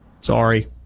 Sorry